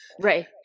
Right